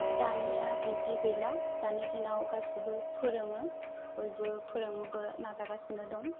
दानिया बिब्दि गैला दानि दिनाव गासैबो फोरोङो बयबो फोरोंनोबो नाजागासिनो दं